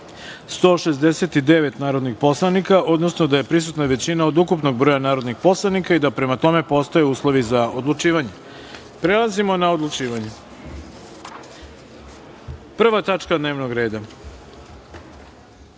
169 narodnih poslanika, odnosno da je prisutna većina od ukupnog broja narodnih poslanika i da prema tome postoje uslovi za odlučivanje. Prelazimo na odlučivanje. Prva tačka dnevnog reda